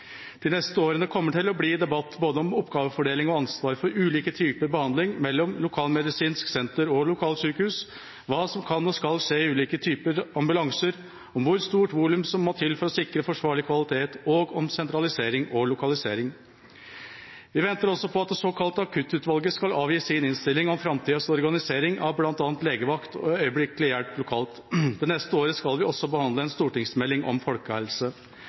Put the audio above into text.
De neste årene kommer det til å bli debatt om oppgavefordeling og ansvar for ulike typer behandling mellom lokalmedisinsk senter og lokalsykehus, hva som kan og skal skje i ulike typer ambulanser, om hvor stort volum som må til for å sikre forsvarlig kvalitet og om sentralisering og lokalisering. Vi venter også på at det såkalte Akuttutvalget skal avgi sin innstilling om framtidas organisering av bl.a. legevakt og øyeblikkelig hjelp lokalt. Det neste året skal vi også behandle en stortingsmelding om folkehelse.